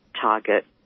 target